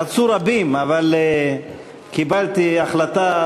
רצו רבים אבל קיבלתי החלטה,